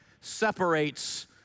separates